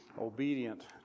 obedient